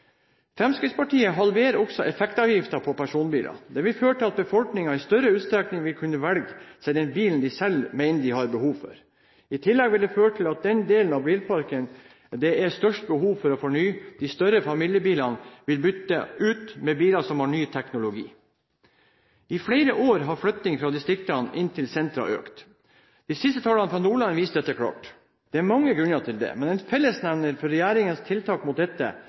Fremskrittspartiet halverer også effektavgiften på personbiler. Det vil føre til at befolkningen i større utstrekning vil kunne velge seg den bilen de selv mener de har behov for. I tillegg vil det føre til at den delen av bilparken det er størst behov for å fornye, de større familiebilene, vil bli byttet ut med biler som har ny teknologi. I flere år har flytting fra distriktene inn til sentrum økt. De siste tallene fra Nordland viser dette klart. Det er mange grunner til det. Men en fellesnevner for regjeringens tiltak mot dette